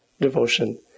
devotion